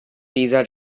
pizza